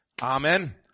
Amen